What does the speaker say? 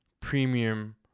premium